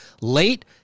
Late